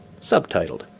subtitled